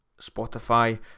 Spotify